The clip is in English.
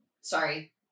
sorry